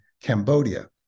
Cambodia